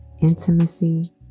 intimacy